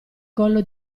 collo